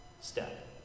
step